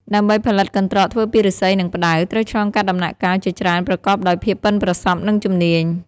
ដើម្បីផលិតកន្ត្រកធ្វើពីឫស្សី និងផ្តៅ ត្រូវឆ្លងកាត់ដំណាក់កាលជាច្រើនប្រកបដោយភាពប៉ិនប្រសប់ និងជំនាញ។